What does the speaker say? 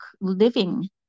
Living